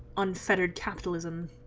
unfettered capitalism